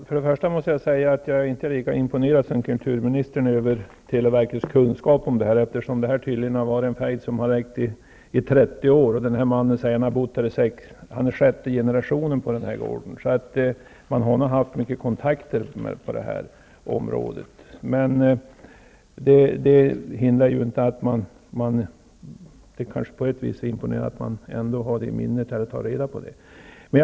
Fru talman! Jag måste säga att jag inte är lika imponerad som kulturministern över televerkets kunskaper. Det rör sig om en fejd som pågått i 30 år. Den här mannen, Per-Johan Berglund, säger att han är sjätte generationen på gården. Det kanske på ett sätt är imponerande.